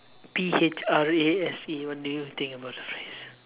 P H R A S E what do you think about the phrase